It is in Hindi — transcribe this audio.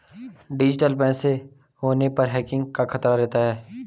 डिजिटल पैसा होने पर हैकिंग का खतरा रहता है